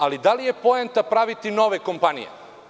Ali, da li je poneta praviti nove kompanije?